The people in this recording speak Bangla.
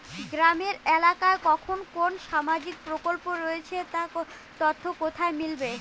গ্রামের এলাকায় কখন কোন সামাজিক প্রকল্প রয়েছে তার তথ্য কোথায় মিলবে?